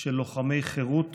של לוחמי חירות